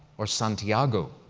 or santiago?